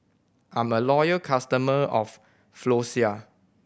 I'm a loyal customer of Floxia